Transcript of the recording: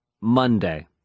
Monday